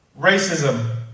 racism